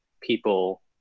people